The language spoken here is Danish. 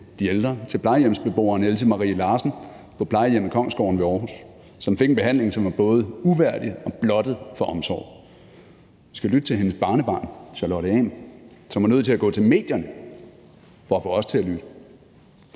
de ældre, til plejehjemsbeboeren Else Marie Larsen, som fik en behandling på plejehjemmet Kongsgården i Aarhus, som var både uværdig og blottet for omsorg. Vi skal lytte til hendes barnebarn, Charlotte Ahm, som var nødt til at gå til medierne for at få os til at lytte.